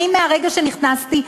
מרגע שנכנסתי,